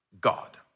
God